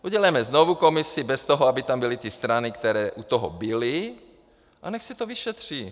Udělejme znovu komisi bez toho, aby tam byly ty strany, které u toho byly, a nechť se to vyšetří.